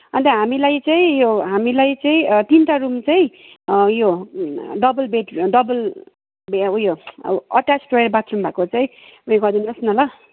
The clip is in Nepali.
अन्त हामीलाई चाहिँ यो हामीलाई चाहिँ तिनवटा रुम चाहिँ यो डबल बेड डबल उयो अब अट्याच टोइलेट बाथरुम भएको चाहिँ उयो गरिदिनुहोस् न ल